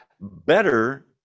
better